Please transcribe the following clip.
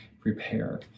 prepare